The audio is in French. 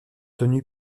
tenue